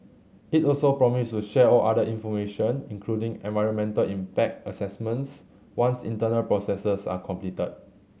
it also promised to share all other information including environmental impact assessments once internal processes are completed